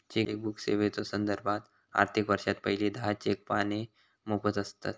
chequebook सेवेच्यो संदर्भात, आर्थिक वर्षात पहिली दहा चेक पाने मोफत आसतत